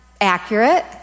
accurate